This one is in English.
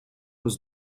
was